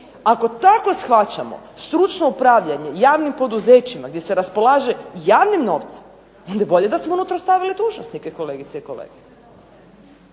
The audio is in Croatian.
Ako tako shvaćamo stručno upravljanje javnim poduzećima gdje se raspolaže javnim novcem, onda je bolje da smo unutra stavili dužnosnike kolegice i kolege.